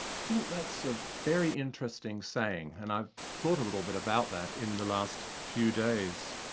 i think that's a very interesting saying, and i've thought a little bit about that in the last few days.